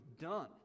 done